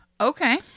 Okay